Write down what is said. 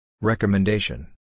Recommendation